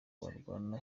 barwana